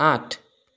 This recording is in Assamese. আঠ